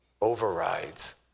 overrides